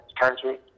country